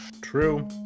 True